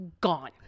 gone